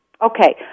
Okay